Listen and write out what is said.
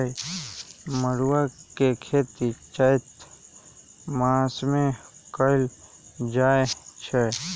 मरुआ के खेती चैत मासमे कएल जाए छै